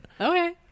okay